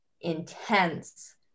intense